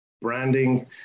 branding